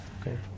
Okay